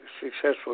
successful